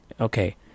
okay